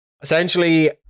essentially